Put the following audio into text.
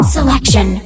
Selection